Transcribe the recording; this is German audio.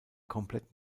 komplett